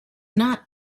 not